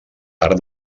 part